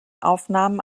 aufnahmen